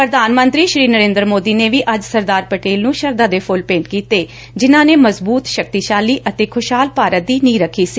ਪ੍ਧਾਨ ਮੰਤਰੀ ਨਰੇਂਦਰ ਮੋਦੀ ਨੇ ਵੀ ਅੱਜ ਸਰਦਾਰ ਪਟੇਲ ਨੂੰ ਸ਼ਰਧਾ ਦੇ ਫੁੱਲ ਭੇਂਟ ਕੀਤੇ ਜਿਨੂਾਂ ਨੇ ਮਜ਼ਬੂਤ ਸ਼ਕਤੀਸ਼ਾਲੀ ਅਤੇ ਖੁਸ਼ਹਾਲ ਭਾਰਤ ਦੀ ਨੀਂਹ ਰੱਖੀ ਸੀ